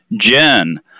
Jen